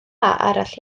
arall